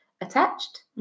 attached